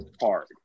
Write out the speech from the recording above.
hard